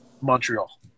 Montreal